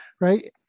Right